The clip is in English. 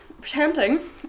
Pretending